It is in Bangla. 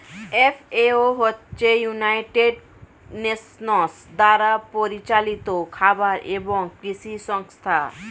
এফ.এ.ও হচ্ছে ইউনাইটেড নেশনস দ্বারা পরিচালিত খাবার এবং কৃষি সংস্থা